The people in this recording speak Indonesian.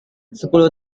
sepuluh